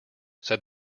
said